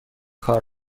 کار